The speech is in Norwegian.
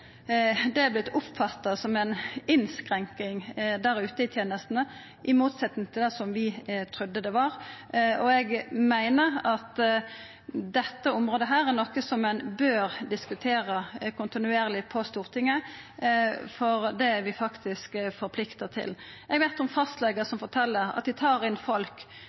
det har vorte oppfatta som ei innskrenking der ute i tenestene, i motsetnad til det vi trudde det var. Eg meiner at dette området er noko ein bør diskutera kontinuerleg på Stortinget, for det er vi faktisk forplikta til. Eg veit om fastlegar som fortel at dei tar inn folk